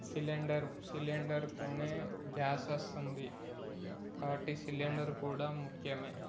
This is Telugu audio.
సిలిండర్ సిలిండర్తోనే గ్యాస్ వస్తుంది కాబట్టి సిలిండర్ కూడా ముఖ్యమే